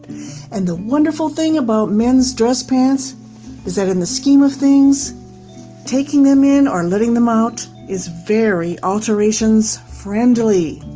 and the wonderful thing about men's dress pants is that in the scheme of things taking them in are letting them out is very alterations friendly.